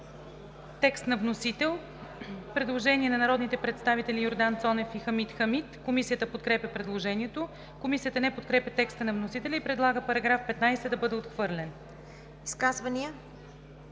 доклад на Комисията. Предложение от народните представители Йордан Цонев и Хамид Хамид. Комисията подкрепя предложението. Комисията не подкрепя текста на вносителя и предлага § 16 да бъде отхвърлен. ПРЕДСЕДАТЕЛ